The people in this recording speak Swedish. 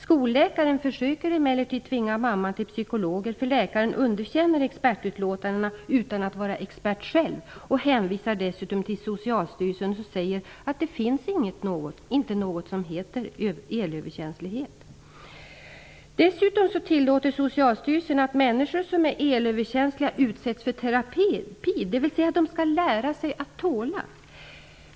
Skolläkaren försöker emellertid tvinga mamman till psykologer, för läkaren underkänner expertutlåtandena utan att vara expert själv och hänvisar dessutom till Socialstyrelsen som säger att det inte finns något som heter elöverkänslighet. Dessutom tillåter Socialstyrelsen att människor som är elöverkänsliga utsätts för terapi. De skall lära sig att tåla.